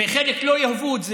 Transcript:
וחלק לא יאהבו את זה,